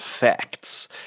Facts